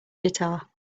guitar